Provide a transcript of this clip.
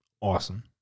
awesome